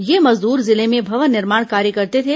ये मजदूर जिले में भवन निर्माण कार्य करते थे